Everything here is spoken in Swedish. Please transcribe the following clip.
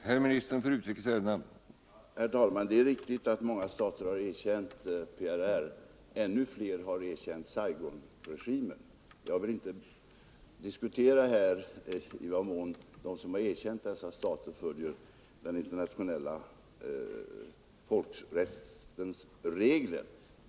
Herr talman! Det är riktigt att många stater har erkänt PRR. Ännu fler har erkänt Saigonregimen. Jag vill inte här diskutera i vad mån de som har erkänt dessa regeringar följer den internationella folkrättens regler.